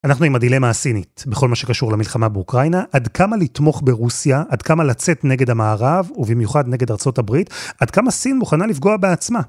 אנחנו עם הדילמה הסינית, בכל מה שקשור למלחמה באוקראינה, עד כמה לתמוך ברוסיה, עד כמה לצאת נגד המערב, ובמיוחד נגד ארה״ב, עד כמה סין מוכנה לפגוע בעצמה.